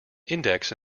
index